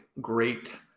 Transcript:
great